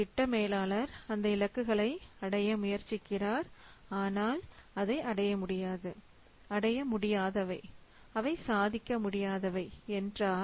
திட்ட மேலாளர் அந்த இலக்குகளை அடைய முயற்சிக்கிறார் ஆனால் அதை அடைய முடியாது அடைய முடியாதவை அவை சாதிக்க முடியாதவை எனறால்